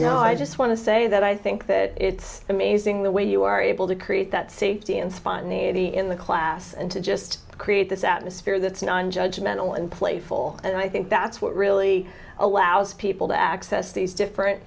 you know i just want to say that i think that it's amazing the way you are able to create that safety and spontaneity in the class and to just create this atmosphere that's nine judge mental and playful and i think that's what really allows people to access these different